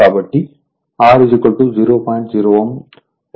01 Ω ఇవ్వబడింది